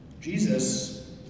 Jesus